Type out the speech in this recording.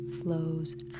flows